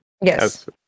Yes